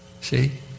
See